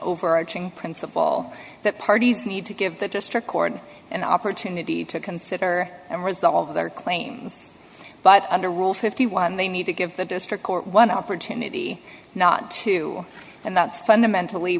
overarching principle that parties need to give the just record an opportunity to consider and resolve their claims but under rule fifty one dollars they need to give the district court one opportunity not to and that's fundamentally